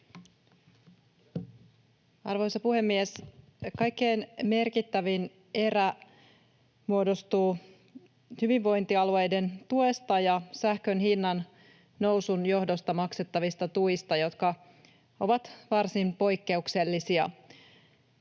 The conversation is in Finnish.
Arvoisa puhemies! Kaikkein merkittävin erä muodostuu hyvinvointialueiden tuesta ja sähkön hinnan nousun johdosta maksettavista tuista, jotka ovat varsin poikkeuksellisia.